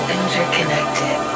interconnected